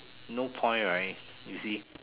no point right you see